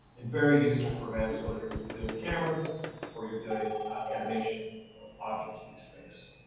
and very useful for events, whether you're doing cameras or you're doing animation of objects through space.